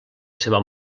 seva